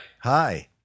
Hi